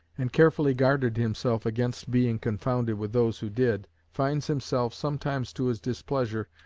and carefully guarded himself against being confounded with those who did, finds himself, sometimes to his displeasure,